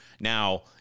now